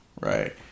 right